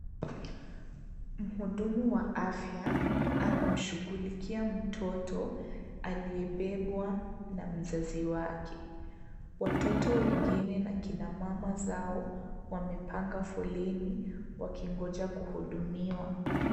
Mhudumu wa afya anamshughulikia mtoto aliyebebwa na mzazi wake. Watoto wengine na kina mama zao wamepanga foleni wakingoja kuhudumiwa.